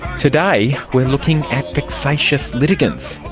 today we are looking at vexatious litigants,